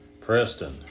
Preston